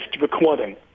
recording